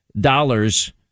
dollars